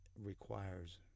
requires